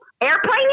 Airplane